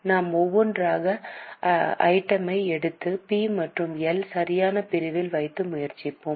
நாம் ஒவ்வொன்றாக ஐட்டம் யை எடுத்து பி மற்றும் எல் சரியான பிரிவில் வைக்க முயற்சிப்போம்